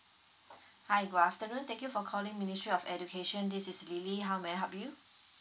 hi good afternoon thank you for calling ministry of education this is lily how may I help you